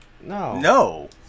no